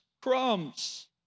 crumbs